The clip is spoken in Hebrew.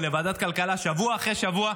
ולוועדת הכלכלה שבוע אחרי שבוע,